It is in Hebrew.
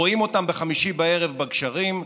רואים אותם בחמישי בערב בגשרים,